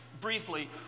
briefly